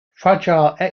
fragile